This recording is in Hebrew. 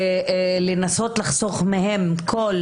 לנסות לחסוך מהם כל